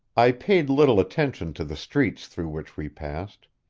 i paid little attention to the streets through which we passed.